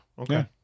Okay